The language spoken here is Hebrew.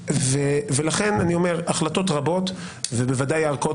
לכן אני אומר שהחלטות רבות ובוודאי הערכאות